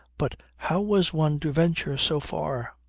but how was one to venture so far?